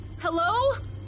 Hello